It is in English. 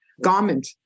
garment